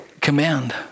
command